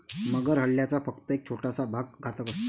मगर हल्ल्याचा फक्त एक छोटासा भाग घातक असतो